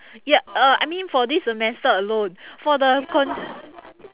ya uh I mean for this semester alone for the con~